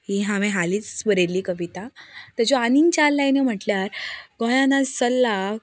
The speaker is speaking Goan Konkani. ही हांवें हालींच बरयल्ली कविता तेज्यो आनीक चार लायन्यो म्हटल्यार गोंयान आज चल्ला